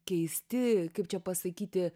keisti kaip čia pasakyti